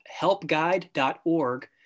helpguide.org